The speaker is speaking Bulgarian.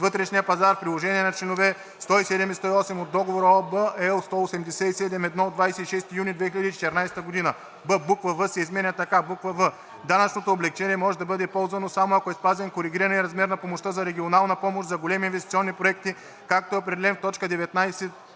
вътрешния пазар в приложение на членове 107 и 108 от Договора (OB, L 187/1 от 26 юни 2014 г.)“; б) буква „в“ се изменя така: ,,в) данъчното облекчение може да бъде ползвано само ако е спазен коригираният размер на помощта за регионална помощ за големи инвестиционни проекти, както е определен в т. 19